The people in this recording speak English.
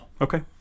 Okay